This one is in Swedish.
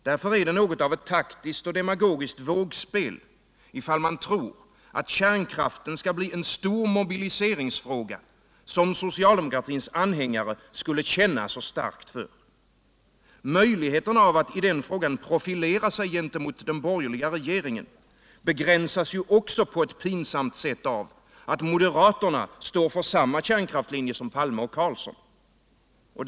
Därför är det ett taktiskt och demagogiskt vågspel att tro att kärnkraften skall bli en stor mobiliseringsfråga, som socialdemokratins anhängare skulle känna så starkt för. Möjligheterna att i den frågan profilera sig gentemot den borgerliga regeringen begränsas ju också på ett pinsamt sätt av att moderaterna står för samma kärnkrafislinje som Olof Palme och Ingvar Carlsson.